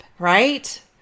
Right